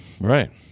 Right